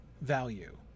value